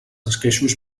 esqueixos